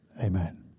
Amen